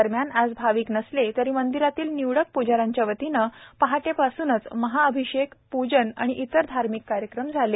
दरम्यान आज भाविक नसले तरी मंदिरातील निवडक प्जाऱ्यांच्या वतीने पहाटेपासूनच महा अभिषेक पूजन आणि इतर धार्मिक कार्यक्रम झाले